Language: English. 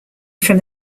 from